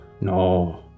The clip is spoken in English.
no